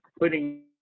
putting